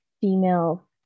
female